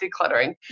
decluttering